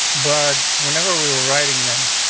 but whenever we were writing them,